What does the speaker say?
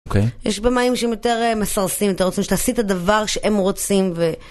יש במים שהם יותר מסרסים, יותר רוצים שתעשי את הדבר שהם רוצים ו...